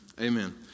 amen